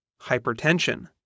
hypertension